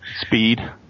Speed